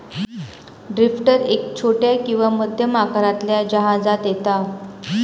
drifter एक छोट्या किंवा मध्यम आकारातल्या जहाजांत येता